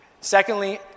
Secondly